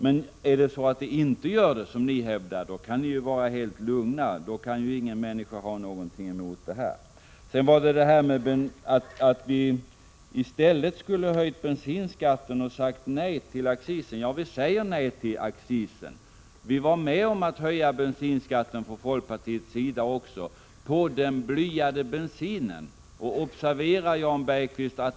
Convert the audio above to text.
Men om det inte strider mot GATT-avtalet, som ni hävdar, då kan ni vara helt lugna, för då kan ingen människa ha någonting emot saken. Jan Bergqvist sade att vi i stället skulle höja bensinskatten och säga nej till accisen. Vi säger nej till accisen ifrån folkpartiets sida, men vi var med på att höja bensinskatten på den blyade bensinen, observera det, Jan Bergqvist!